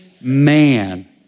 man